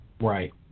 Right